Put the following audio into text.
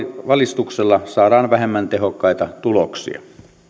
valistuksella saadaan vähemmän tehokkaita tuloksia